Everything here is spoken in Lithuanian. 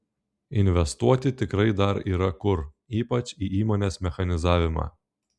investuoti tikrai dar yra kur ypač į įmonės mechanizavimą